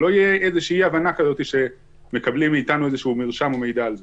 שלא תהיה אי הבנה שמקבלים מאיתנו מרשם או מידע על זה.